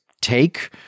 take